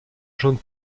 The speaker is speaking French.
jaune